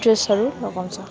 ड्रेसहरू लगाउँछ